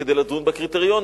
כדי לדון בקריטריונים,